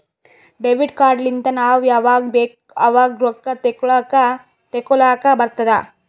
debit card ಲಿಂತ್ ನಾವ್ ಯಾವಾಗ್ ಬೇಕ್ ಆವಾಗ್ ರೊಕ್ಕಾ ತೆಕ್ಕೋಲಾಕ್ ತೇಕೊಲಾಕ್ ಬರ್ತುದ್